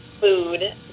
food